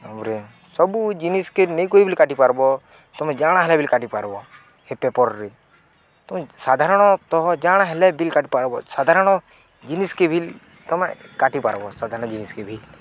ଆମରେ ସବୁ ଜିନିଷ୍କେ ନେଇକରି ବ ବୋଲି କାଟି ପାର୍ବ ତମେ ଜାଣା ହେଲେ ବିଲ୍ କାଟି ପାର୍ବ ହେ ପେପର୍ରେ ତମେ ସାଧାରଣତଃ ଜାଣ ହେଲେ ବିଲ୍ କାଟି ପାର୍ବ ସାଧାରଣ ଜିନିଷ୍କେ ବିଲ୍ ତମେ କାଟି ପାର୍ବ ସାଧାରଣ ଜିନିଷ୍କେ ବିଲ୍